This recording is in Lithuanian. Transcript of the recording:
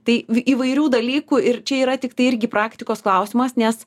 tai įvairių dalykų ir čia yra tiktai irgi praktikos klausimas nes